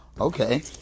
okay